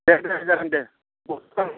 दे दे जागोन दे